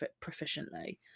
proficiently